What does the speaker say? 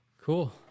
Cool